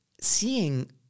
seeing